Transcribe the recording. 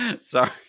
Sorry